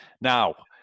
Now